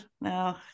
No